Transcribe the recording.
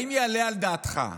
האם יעלה על דעתך,